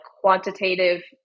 quantitative